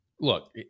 look